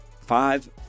five